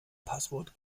passwort